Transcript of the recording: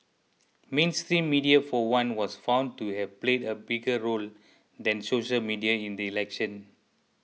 mainstream media for one was found to have played a bigger role than social media in the election